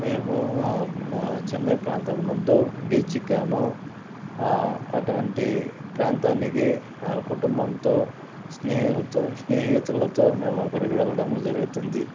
మేము చెన్నై ప్రాంతం నందు బీచుకి గాను అటువంటి ప్రాంతానికి కుటుంబంతో స్నేహల్తో స్నేహితులతో మేము అక్కడికి వెళ్ళడము జరుగుతుంది